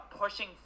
pushing